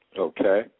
Okay